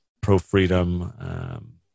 pro-freedom